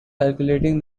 calculating